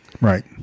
right